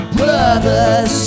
brothers